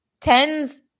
tens